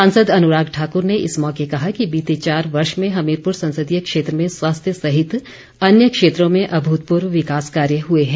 सांसद अनुराग ठाकुर ने इस मौके कहा कि बीते चार वर्ष में हमीरपुर संसदीय क्षेत्र में स्वास्थ्य सहित अन्य क्षेत्रों में अभूतपूर्व विकास कार्य हुए हैं